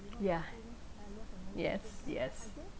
ya yes yes